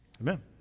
amen